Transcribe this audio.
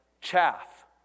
chaff